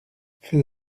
fais